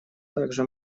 также